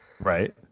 Right